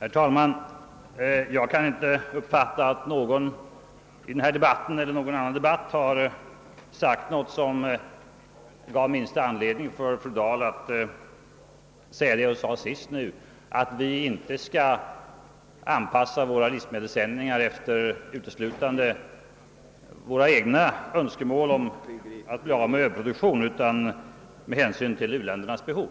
Herr talman! Jag kan inte uppfatta att någon i denna debatt eller i någon annan debatt har sagt något som gav minsta anledning för vad fru Dahl sade nu senast, nämligen att vi inte skall anpassa våra livsmedelssändningar uteslutande efter våra egna önskemål om att bli av med vår överproduktion utan med hänsyn till u-ländernas behov.